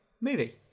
movie